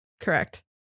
Correct